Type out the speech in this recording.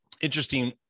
interesting